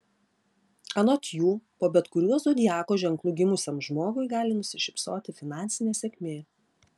anot jų po bet kuriuo zodiako ženklu gimusiam žmogui gali nusišypsoti finansinė sėkmė